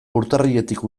urtarriletik